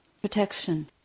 protection